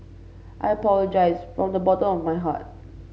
I apologise from the bottom of my heart